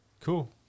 Cool